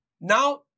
Now